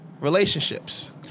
relationships